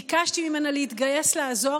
ביקשתי ממנה להתגייס לעזור.